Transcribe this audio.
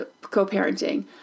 co-parenting